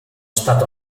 stato